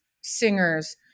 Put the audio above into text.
singers